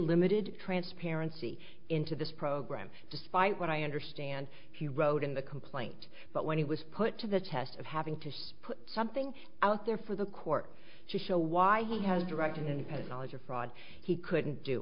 limited transparency into this program despite what i understand he wrote in the complaint but when he was put to the test of having to put something out there for the court show why he has directed and has knowledge of fraud he couldn't do